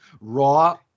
raw